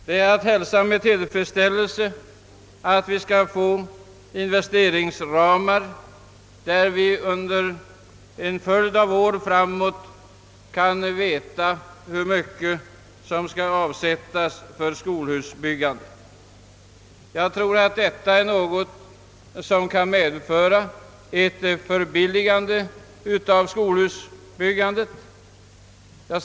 Det är att hälsa med tillfredsställelse att vi skall få investeringsramar, så att vi under en följd av år kan veta hur mycket som skall avsättas för skolhusbyggande. Jag tror att detta kan medföra ett förbilligande av denna byggenskap.